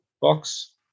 box